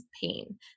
pain